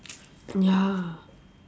ya